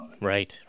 Right